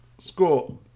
score